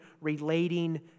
relating